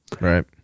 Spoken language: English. right